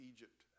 Egypt